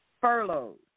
furloughs